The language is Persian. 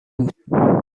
بود